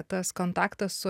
tas kontaktas su